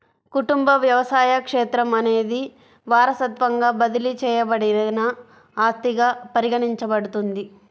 కుటుంబ వ్యవసాయ క్షేత్రం అనేది వారసత్వంగా బదిలీ చేయబడిన ఆస్తిగా పరిగణించబడుతుంది